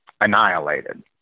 annihilated